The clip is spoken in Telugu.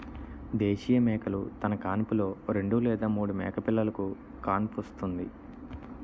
దేశీయ మేకలు తన కాన్పులో రెండు లేదా మూడు మేకపిల్లలుకు కాన్పుస్తుంది